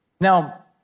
Now